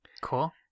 Cool